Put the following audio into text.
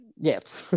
Yes